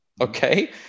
okay